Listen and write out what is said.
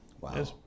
Wow